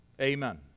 Amen